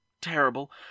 terrible